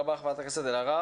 תודה רבה, חברת הכנסת אלהרר.